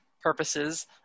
purposes